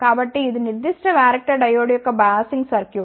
కాబట్టి ఇది నిర్దిష్ట వ్యారక్టర్ డయోడ్ యొక్క బయాసింగ్ సర్క్యూట్